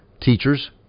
teachers